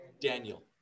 Daniel